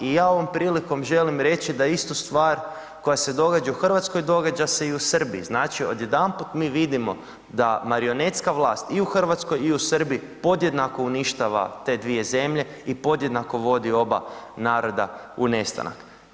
I ja ovom prilikom želim reći da istu stvar koja se događa u Hrvatskoj događa se i u Srbiji, znači odjedanput mi vidimo da marionetska vlast i u Hrvatskoj i u Srbiji podjednako uništava te dvije zemlje i podjednako vodi oba naroda u nestanak.